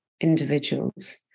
individuals